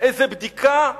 איזו בדיקה,